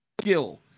skill